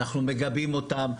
אנחנו מגבים אותם.